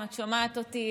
אם את שומעת אותי,